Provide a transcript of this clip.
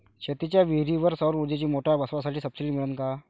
शेतीच्या विहीरीवर सौर ऊर्जेची मोटार बसवासाठी सबसीडी मिळन का?